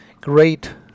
great